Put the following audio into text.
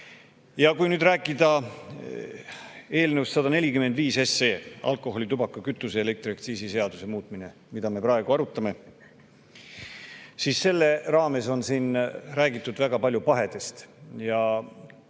Kui rääkida eelnõust 145, alkoholi-, tubaka-, kütuse- ja elektriaktsiisi seaduse muutmine, mida me praegu arutame, siis selle raames on siin räägitud väga palju pahedest